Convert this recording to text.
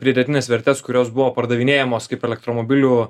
pridėtines vertes kurios buvo pardavinėjamos kaip elektromobilių